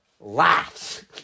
laughs